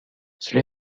cela